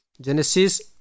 genesis